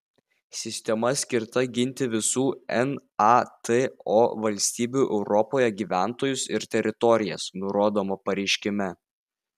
sistema skirta ginti visų nato valstybių europoje gyventojus ir teritorijas nurodoma pareiškime